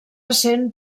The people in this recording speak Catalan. essent